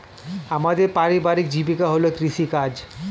আমাদের পারিবারিক জীবিকা হল কৃষিকাজ